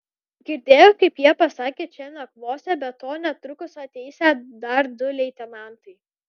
girdėjau kaip jie pasakė čia nakvosią be to netrukus ateisią dar du leitenantai